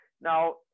now